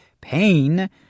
pain